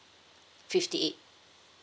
fifty eight